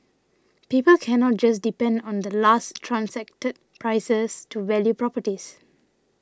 people cannot just depend on the last transacted prices to value properties